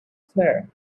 claire